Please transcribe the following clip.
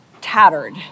tattered